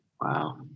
Wow